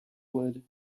would